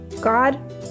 God